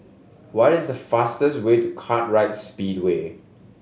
what is the fastest way to Kartright Speedway